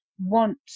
want